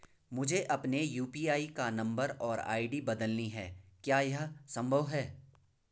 मुझे अपने यु.पी.आई का नम्बर और आई.डी बदलनी है क्या यह संभव है?